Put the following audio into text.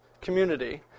community